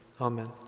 Amen